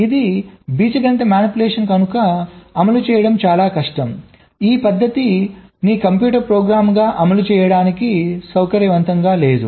ఇది బీజగణిత మానిప్యులేషన్ కనుక అమలు చేయడం చాలా కష్టం ఈ పద్ధతి నీ కంప్యూటర్ ప్రోగ్రామ్గా అమలు చేయడానికి సౌకర్యవంతంగా లేదు